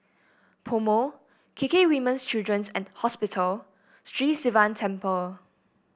PoMo K K Women's Children's Hospital Sri Sivan Temple